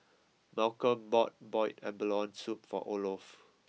Malcolm bought Boiled Abalone Soup for Olof